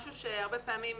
משהו שהרבה פעמים,